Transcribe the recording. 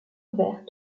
ouvert